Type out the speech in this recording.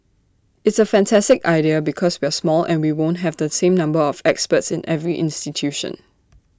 it's A fantastic idea because we're small and we won't have the same number of experts in every institution